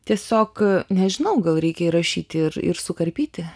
tiesiog nežinau gal reikia įrašyti ir ir sukarpyti